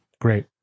Great